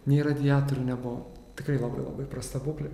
nei radiatorių nebuvo tikrai labai labai prasta būklė